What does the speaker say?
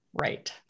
right